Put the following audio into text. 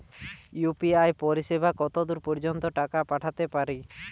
UPI পরিসেবা কতদূর পর্জন্ত টাকা পাঠাতে পারি?